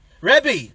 Rebbe